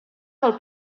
del